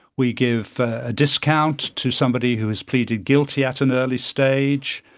we give a discount to somebody who has pleaded guilty at an early stage,